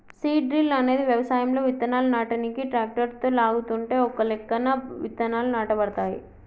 seed drill అనేది వ్యవసాయంలో విత్తనాలు నాటనీకి ట్రాక్టరుతో లాగుతుంటే ఒకలెక్కన విత్తనాలు నాటబడతాయి